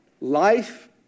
life